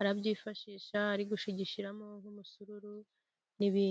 arabyifashisha ari gushigishiramo nk'umusururu n'ibindi.